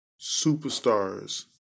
superstars